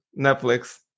Netflix